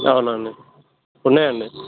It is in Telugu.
అవునండి ఉన్నాయండి